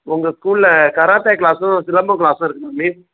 உங்கள் ஸ்கூலில் கராத்தே க்ளாஸ்ஸும் சிலம்பம் க்ளாஸ்ஸும் இருக்குதா மிஸ்